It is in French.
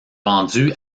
vendu